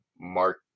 mark